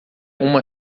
uma